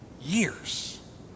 years